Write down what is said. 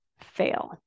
Fail